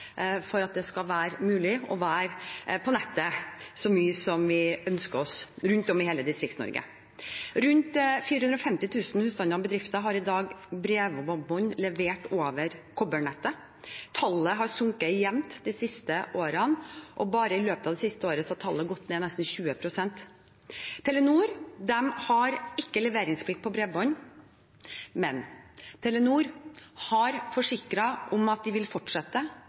det skal være mulig å være på nettet så mye som vi ønsker oss, rundt om i hele Distrikts-Norge. Rundt 450 000 husstander og bedrifter har i dag bredbånd levert over kobbernettet. Tallet har sunket jevnt de siste årene, og bare i løpet av det siste året har tallet gått ned nesten 20 pst. Telenor har ikke leveringsplikt på bredbånd, men Telenor har forsikret om at de vil fortsette